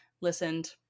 listened